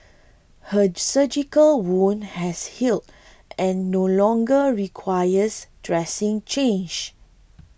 her surgical wound has healed and no longer requires dressing change